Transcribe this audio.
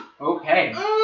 Okay